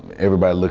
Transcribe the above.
everybody,